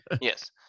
Yes